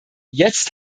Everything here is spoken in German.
jetzt